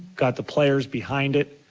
got the players behind it,